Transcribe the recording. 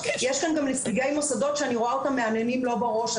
יש כאן גם נציגי מוסדות שאני רואה אותם מהנהנים לא בראש.